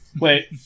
Wait